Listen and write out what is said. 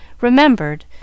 remembered